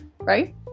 Right